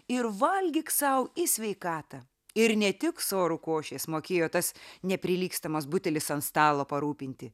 ir valgyk sau į sveikatą ir ne tik sorų košės mokėjo tas neprilygstamas butelis ant stalo parūpinti